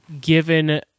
given